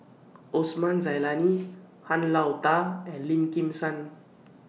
Osman Zailani Han Lao DA and Lim Kim San